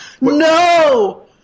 No